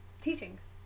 teachings